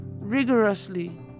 rigorously